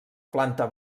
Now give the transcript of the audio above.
planta